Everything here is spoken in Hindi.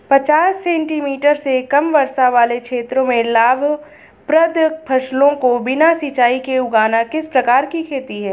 पचास सेंटीमीटर से कम वर्षा वाले क्षेत्रों में लाभप्रद फसलों को बिना सिंचाई के उगाना किस प्रकार की खेती है?